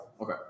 Okay